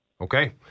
Okay